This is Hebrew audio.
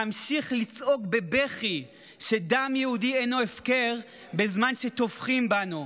נמשיך לצעוק בבכי שדם יהודי אינו הפקר בזמן שטובחים בנו.